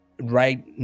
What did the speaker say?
right